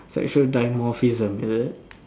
sexual dimorphism is it